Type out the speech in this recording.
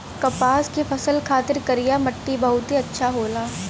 कपास के फसल खातिर करिया मट्टी बहुते अच्छा होला